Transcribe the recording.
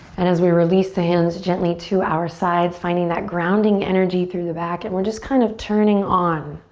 and as we release the hands gently to our sides, finding that grounding energy through the back. and we're just kind of turning on,